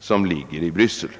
som ligger i Bryssel.